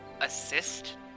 assist